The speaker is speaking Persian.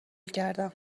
کردم